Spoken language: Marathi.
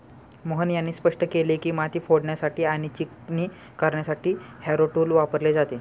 मोहन यांनी स्पष्ट केले की, माती फोडण्यासाठी आणि चिकणी करण्यासाठी हॅरो टूल वापरले जाते